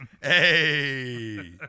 hey